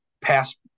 past